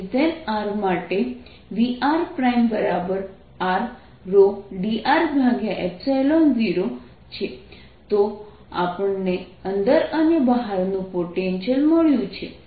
Vrr2ρdr0r r ≥ r rρdr0 r ≤ r તો આપણને અંદર અને બહારનું પોટેન્શિયલ મળ્યુ છે